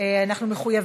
אני חושב